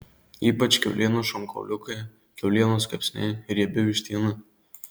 ypač kiaulienos šonkauliukai kiaulienos kepsniai riebi vištiena